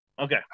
Okay